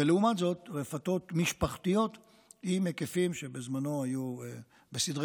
לעומת זאת רפתות משפחתיות בהיקפים שבזמנו היו בסדרי